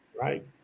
Right